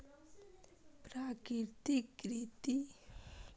एकीकृत कृषि प्रणाली मे फसल, फूल, सब्जी, फल के उपजाबै के संग पशुपालन सेहो कैल जाइ छै